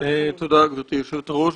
תודה גבירתי יושבת-הראש,